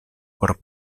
por